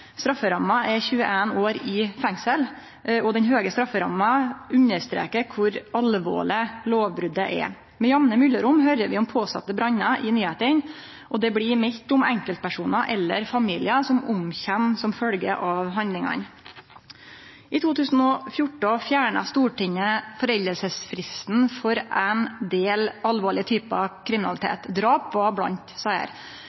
Strafferamma er 21 år i fengsel, og den høge strafferamma understrekar kor alvorleg lovbrotet er. Med jamne mellomrom høyrer vi om påsette brannar i nyheitene, og det blir meldt om enkeltpersonar eller familiar som omkjem som følgje av handlingane. I 2014 fjerna Stortinget foreldingsfristen for ein del alvorlege typar